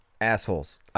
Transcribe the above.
assholes